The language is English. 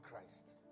Christ